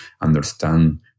understand